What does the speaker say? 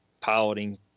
piloting